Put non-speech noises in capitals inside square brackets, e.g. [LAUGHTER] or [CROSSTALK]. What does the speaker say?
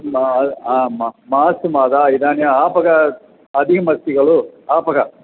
किं [UNINTELLIGIBLE] मास्तु माता इदानीम् आतपः अधिकमस्ति खलु आतपः